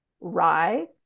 rye